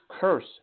curse